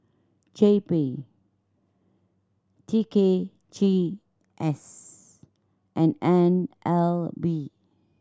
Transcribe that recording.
J P T K G S and N L B